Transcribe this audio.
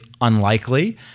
unlikely